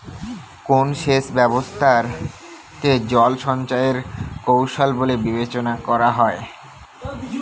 কোন সেচ ব্যবস্থা কে জল সঞ্চয় এর কৌশল বলে বিবেচনা করা হয়?